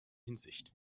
hinsicht